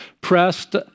pressed